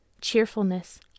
cheerfulness